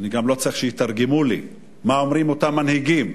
ואני לא צריך שיתרגמו לי, מה אומרים אותם מנהיגים: